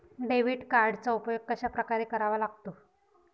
Debit कार्डचा उपयोग कशाप्रकारे करावा लागतो?